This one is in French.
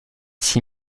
six